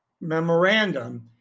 memorandum